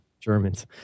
Germans